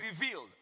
revealed